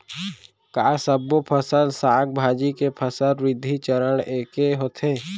का सबो फसल, साग भाजी के फसल वृद्धि चरण ऐके होथे?